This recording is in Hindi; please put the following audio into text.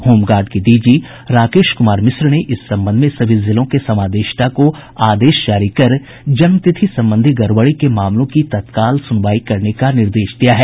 होमगार्ड के डीजी राकेश कुमार मिश्र ने इस संबंध में सभी जिलों के समादेष्टा को आदेश जारी कर जन्मतिथि संबंधी गड़बड़ी के मामलों की तत्काल सुनवाई करने का निर्देश दिया है